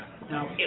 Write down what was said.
Now